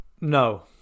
No